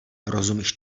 rozumíš